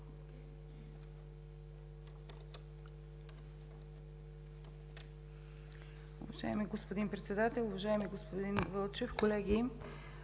Уважаеми господин Председател, уважаеми господин Вълчев, колеги!